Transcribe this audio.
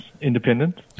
independent